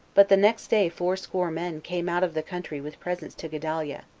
but the next day fourscore men came out of the country with presents to gedaliah,